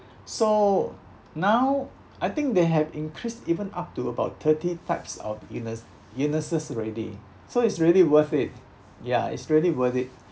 so now I think they have increased even up to about thirty types of illness illnesses already so it's really worth it yeah it's really worth it